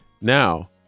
now